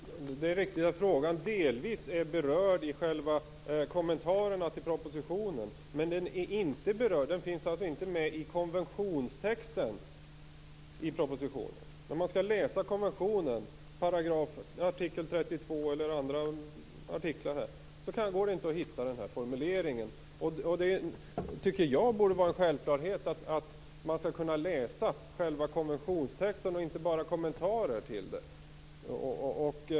Fru talman! Det är riktigt att frågan delvis är berörd i kommentarerna till propositionen. Men den finns inte med i konventionstexten i propositionen. Om man skall läsa konventionens artikel 32 eller andra artiklar går det inte att hitta denna formulering. Jag tycker att det borde vara en självklarhet att man skall kunna läsa hela konventionstexten och inte bara kommentarer till den.